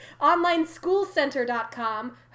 OnlineSchoolCenter.com